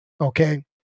Okay